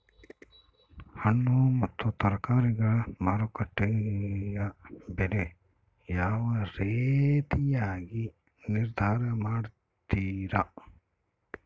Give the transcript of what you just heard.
ಹಣ್ಣು ಮತ್ತು ತರಕಾರಿಗಳ ಮಾರುಕಟ್ಟೆಯ ಬೆಲೆ ಯಾವ ರೇತಿಯಾಗಿ ನಿರ್ಧಾರ ಮಾಡ್ತಿರಾ?